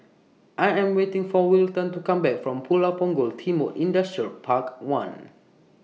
I Am waiting For Wilton to Come Back from Pulau Punggol Timor Industrial Park one